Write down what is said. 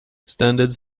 standards